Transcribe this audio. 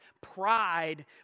pride